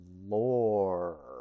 lore